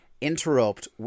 interrupt